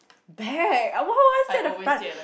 back why why why sit at the front